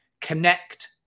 connect